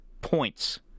points